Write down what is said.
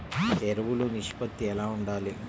ఎరువులు నిష్పత్తి ఎలా ఉండాలి?